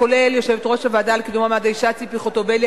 כולל יושבת-ראש הוועדה לקידום מעמד האשה ציפי חוטובלי,